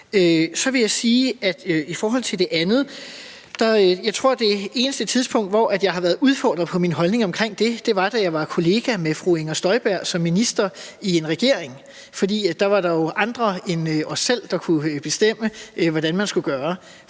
Så vil jeg sige om det andet, at jeg tror, at det eneste tidspunkt, hvor jeg har været udfordret på min holdning omkring det, var, da jeg var kollega med fru Inger Støjberg som minister i en regering, for da var der jo andre end os selv, der kunne bestemme, hvad vi skulle gøre.